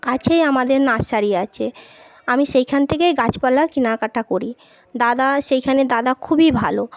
কাছেই আমাদের নার্সারি আছে আমি সেইখান থেকেই গাছপালা কেনাকাটা করি দাদা সেইখানে দাদা খুবই ভালো